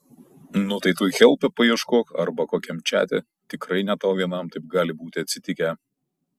nu tai tu helpe paieškok arba kokiam čate tikrai ne tau vienam taip gali būti atsitikę